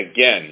Again